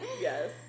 Yes